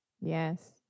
Yes